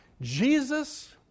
jesus